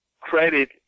credit